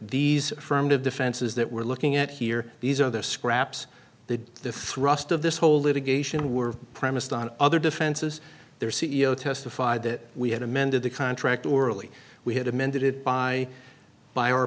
these firmed of defenses that we're looking at here these are the scraps the thrust of this whole litigation were premised on other defenses their c e o testified that we had amended the contract orally we had amended it by by our